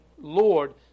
Lord